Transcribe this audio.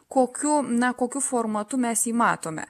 kokiu na kokiu formatu mes jį matome